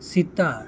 Sita